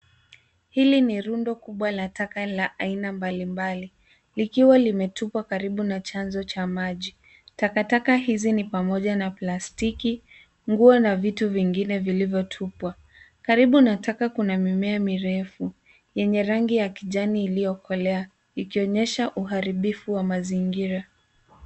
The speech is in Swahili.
Hili ni rundo kubwa la taka la aina mbalimbali likiwa limetupwa karibu na chanzo cha maji. Takataka hizi na pamoja na plastiki, nguo na vitu vingine vilivyotupwa. Karibu na taka kuna mimea mirefu yenye rangi ya kijani iliyokolea ikionyesha uharibifu wa mazingira.